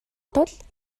тул